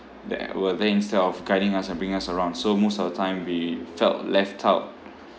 that were there instead of guiding us and bring us around so most of the time we felt left out